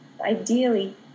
ideally